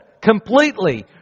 completely